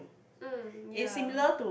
um ya